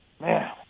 Man